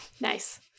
Nice